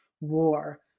war